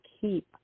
keep